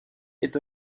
est